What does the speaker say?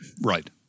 Right